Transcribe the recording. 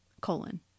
colon